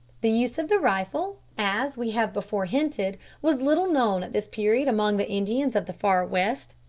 the use of the rifle, as we have before hinted, was little known at this period among the indians of the far west,